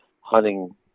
hunting